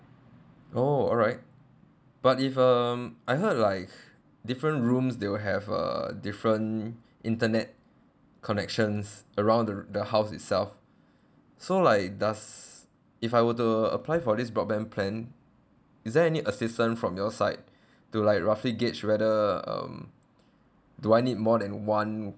oh alright but if uh I heard like different rooms they will have uh different internet connections around the the house itself so like does if I were to apply for this broadband plan is there any assistance from your side to like roughly gauge whether um do I need more than one